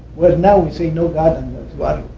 where now we say no god but